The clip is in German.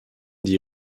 die